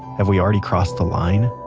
have we already crossed the line?